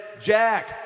Jack